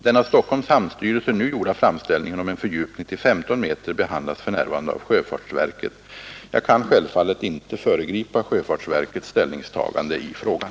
Den av Stockholms hamnstyrelse nu gjorda framställningen om en fördjupning till 15 m behandlas för närvarande av sjöfartsverket. Jag kan självfallet inte föregripa sjöfartsverkets ställningstagande i frågan.